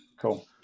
Cool